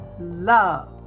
love